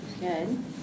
Good